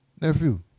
nephew